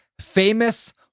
famous